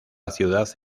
ciudad